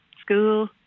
school